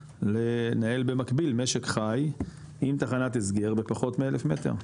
לנהל במקביל משק חי עם תחנת הסגר בפחות מ 1,000 מטר?